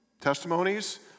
Testimonies